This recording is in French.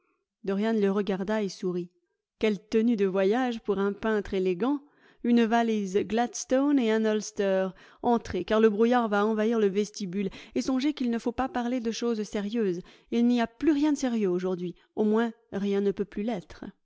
dorian le regarda et sourit quelle tenue de voyage pour un peintre élégant une valise gladstone et un ulster entrez car le brouillard va envahir le vestibule et songez qu'il ne faut pas parler de choses sérieuses il n'y a plus rien de sérieux aujourd'hui au moins rien ne peut plus l'être